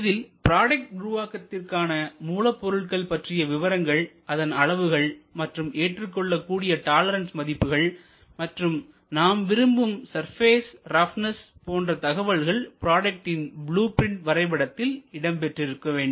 இதில் ப்ராடக்ட் உருவாக்கத்திற்கான மூலப்பொருள்கள் பற்றிய விவரங்கள் அதன் அளவுகள் மற்றும் ஏற்றுக்கொள்ளக்கூடிய டாலரன்ஸ் மதிப்புகள் மற்றும் நாம் விரும்பும் சர்ஃபேஸ் ராப்னஸ் போன்ற தகவல்கள் ப்ராடக்ட்டின் ப்ளூ பிரிண்ட் வரைபடத்தில் இடம் பெற்றிருக்க வேண்டும்